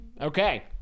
Okay